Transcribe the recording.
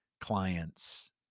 clients